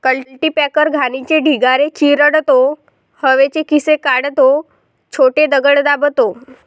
cultipacker घाणीचे ढिगारे चिरडतो, हवेचे खिसे काढतो, छोटे दगड दाबतो